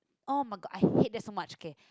oh-my-god I hate that so much K